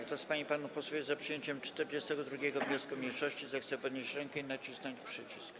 Kto z pań i panów posłów jest za przyjęciem 42. wniosku mniejszości, zechce podnieść rękę i nacisnąć przycisk.